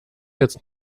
jetzt